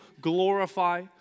glorify